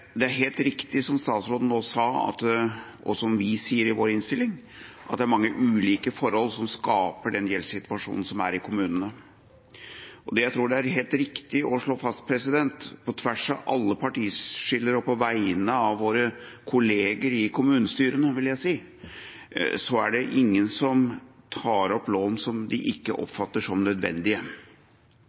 er mange ulike forhold som skaper den gjeldssituasjonen som er i kommunene. Det jeg tror er helt riktig å slå fast, på tvers av alle partiskiller og på vegne av våre kolleger i kommunestyrene, er at ingen tar opp lån som de ikke oppfatter er nødvendige.